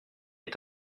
est